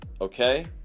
Okay